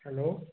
hello